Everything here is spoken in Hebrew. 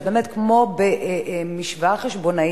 באמת כמו במשוואה חשבונית,